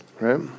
right